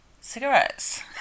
cigarettes